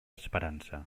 esperança